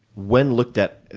when looked at